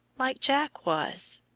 like jack was.